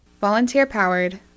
Volunteer-powered